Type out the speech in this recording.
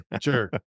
sure